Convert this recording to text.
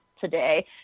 today